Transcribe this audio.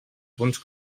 punts